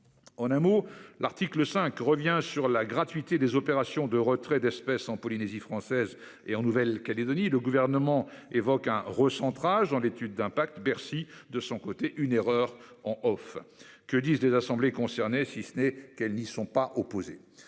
ailleurs, l'article 5 vise à revenir sur la gratuité des opérations de retrait d'espèces en Polynésie française et en Nouvelle-Calédonie. Le Gouvernement évoque un recentrage dans l'étude d'impact, tandis que Bercy parle, en, d'une erreur. Que disent les assemblées concernées, si ce n'est qu'elles n'y sont pas opposées ?